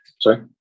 Sorry